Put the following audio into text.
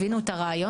הבינו את הרעיון.